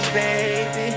baby